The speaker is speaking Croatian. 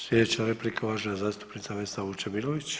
Sljedeća replika uvažena zastupnica Vesna Vučemilović.